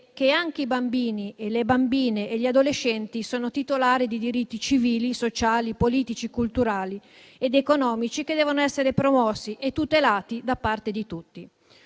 che anche i bambini, le bambine e gli adolescenti sono titolari di diritti civili, sociali, politici, culturali ed economici che devono essere promossi e tutelati da parte di tutti.